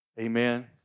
Amen